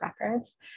records